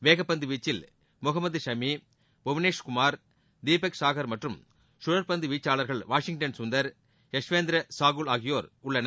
வேகப்பந்துவீச்சில் முகமது ஷமி புவனேஷ்குமார் தீபக் சாஹர் மற்றும் கழற்பந்து வீச்சளார்கள் வாஷிங்டன் சுந்தர் யஸ்வேந்திர சாஹல் ஆகியோர் உள்ளனர்